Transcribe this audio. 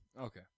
okay